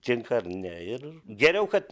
tinka ar ne ir geriau kad